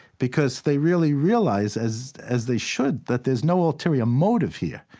because they really realize, as as they should, that there's no ulterior motive here.